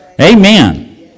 Amen